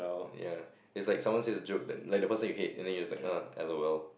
ya it's like someone says a joke that like the person you hate and then you're just like uh L_O_L